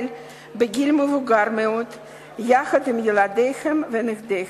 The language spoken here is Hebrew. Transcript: בגיל מבוגר מאוד יחד עם ילדיהם ונכדיהם.